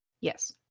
Yes